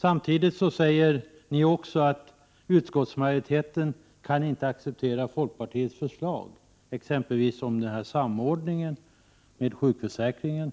Samtidigt säger utskottsmajoriteten att man inte kan acceptera folkpartiets förslag, exempelvis om en förlängning av samordningstiden för sjukförsäkringen